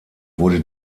wurde